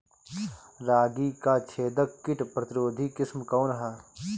रागी क छेदक किट प्रतिरोधी किस्म कौन ह?